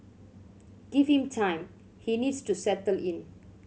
give him time he needs to settle in